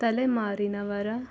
ತಲೆಮಾರಿನವರ